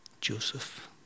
Joseph